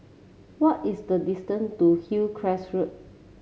what is the distance to Hillcrest Road